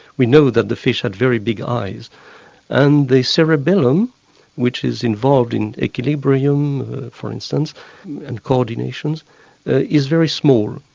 we know that the fish had very big eyes and the cerebellum which is involved in equilibrium for instance and co-ordinations is very small,